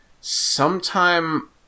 sometime